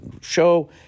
show